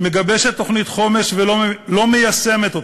מגבשת תוכנית חומש ולא מיישמת אותה,